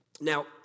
Now